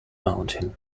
mountain